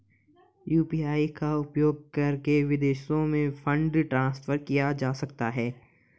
UPI का उपयोग करके विदेशों में फंड ट्रांसफर किया जा सकता है?